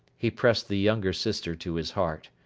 he pressed the younger sister to his heart.